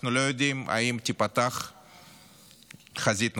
אנחנו לא יודעים אם תיפתח חזית נוספת.